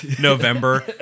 November